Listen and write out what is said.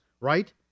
right